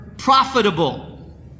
profitable